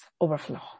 overflow